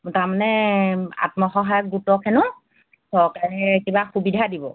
তাৰমানে আত্মসহায়ক গোটক হেনো চৰকাৰে কিবা সুবিধা দিব